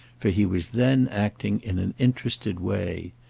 for he was then acting in an interested way.